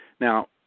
Now